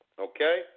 Okay